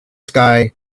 sky